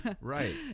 Right